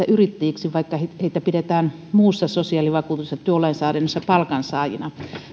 yrittäjiksi vaikka heitä pidetään muussa sosiaalivakuutus ja työlainsäädännössä palkansaajina